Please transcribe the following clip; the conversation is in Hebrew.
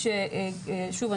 שוב,